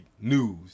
news